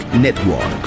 Network